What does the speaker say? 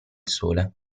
sole